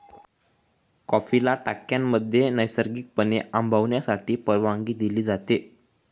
कॉफीला टाक्यांमध्ये नैसर्गिकपणे आंबवण्यासाठी परवानगी दिली जाते